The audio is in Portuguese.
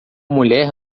mulher